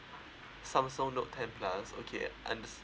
Samsung note ten plus okay and